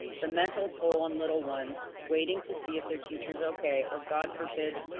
the mental toll on little ones waiting to see if their teacher's okay or god forbid,